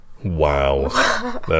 Wow